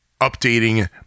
updating